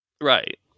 Right